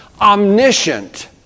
omniscient